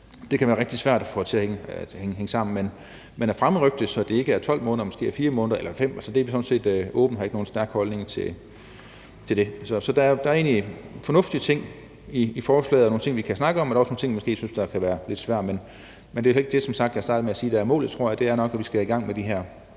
som kan være rigtig svært at få til at hænge sammen. Men at fremrykke det, så det ikke er 12 måneder, men måske er 4 måneder eller 5 måneder, er vi sådan set åbne over for, og vi har ikke nogen stærk holdning til det. Så der er egentlig fornuftige ting i forslaget og nogle ting, vi kan snakke om, men der er også nogle ting, vi måske synes kan være lidt svære. Men det er som sagt, det startede jeg med at sige, slet ikke det, der er målet, tror jeg. Det er nok, at vi skal i gang med de her